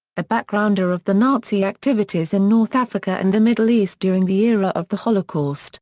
a backgrounder of the nazi activities in north africa and the middle east during the era of the holocaust.